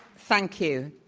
thank you.